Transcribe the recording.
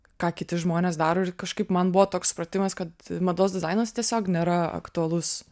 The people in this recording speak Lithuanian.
ką kiti žmonės daro ir kažkaip man buvo toks supratimas kad mados dizainas tiesiog nėra aktualus